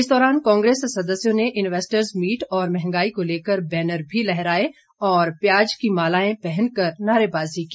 इस दौरान कांग्रेस सदस्यों ने इन्वेस्टर्स मीट और महंगाई को लेकर बैनर भी लहराए और प्याज की मालाएं पहनकर नारेबाजी की